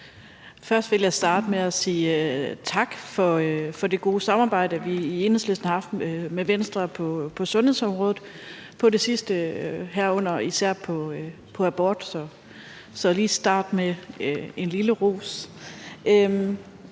Først vil jeg starte med at sige tak for det gode samarbejde, vi i Enhedslisten har haft med Venstre på sundhedsområdet på det sidste, herunder især i forhold til abort. Så jeg vil lige starte med en lille ros.